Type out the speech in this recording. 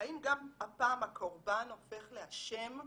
האם גם הפעם הקורבן הופך לאשם,